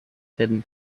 hidden